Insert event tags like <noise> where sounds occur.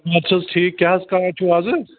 <unintelligible> چھُ حظ ٹھیٖک کیاہ حظ کران چھُو آزٕ